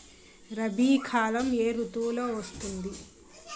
రబీ కాలం ఏ ఋతువులో వస్తుంది?